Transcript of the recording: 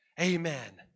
Amen